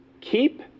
keep